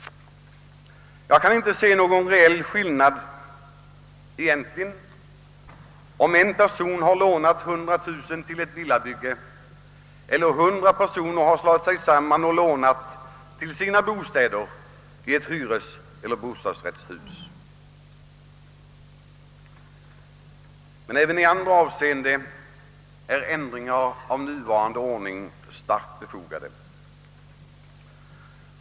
Jag kan inte se någon reell skillnad mellan det förhållandet att en person lånat 100 000 kronor till ett villabygge eller det förhållandet att hundra personer slagit sig samman och lånat till sina bostäder i ett hyreseller bostadsrättshus. Även i andra avseenden är ändringar av nuvarande ordning starkt befogade.